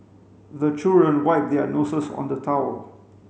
the children wipe their noses on the towel